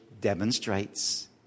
demonstrates